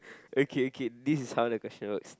okay okay this is how the question works